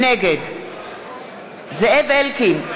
נגד זאב אלקין,